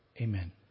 Amen